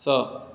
स